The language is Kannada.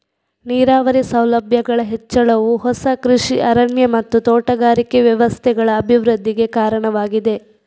ನೀರಾವರಿ ಸೌಲಭ್ಯಗಳ ಹೆಚ್ಚಳವು ಹೊಸ ಕೃಷಿ ಅರಣ್ಯ ಮತ್ತು ತೋಟಗಾರಿಕೆ ವ್ಯವಸ್ಥೆಗಳ ಅಭಿವೃದ್ಧಿಗೆ ಕಾರಣವಾಗಿದೆ